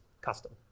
custom